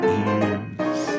ears